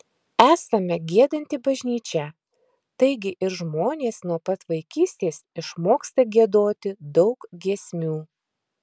esame giedanti bažnyčia taigi ir žmonės nuo pat vaikystės išmoksta giedoti daug giesmių